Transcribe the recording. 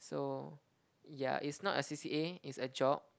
so ya it's not a C_C_A it's a job